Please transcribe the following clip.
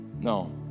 No